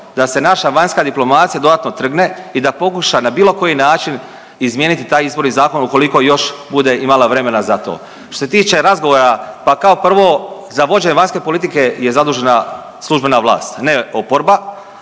da se naša vanjska diplomacija dodatno trgne i da pokuša na bilo koji način izmijeniti taj izborni zakon ukoliko još bude imala vremena za to. Što se tiče razgovora, pa kao prvo za vođenje vanjske politike je zadužena službena vlast ne oporba,